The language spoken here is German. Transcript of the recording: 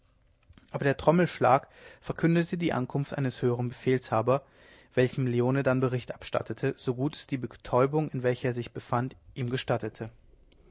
aber trommelschlag verkündete die ankunft eines höheren befehlshabers welchem leone dann bericht abstattete so gut es die betäubung in welcher er sich befand ihm gestattete